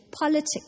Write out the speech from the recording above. politics